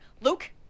Luke